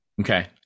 Okay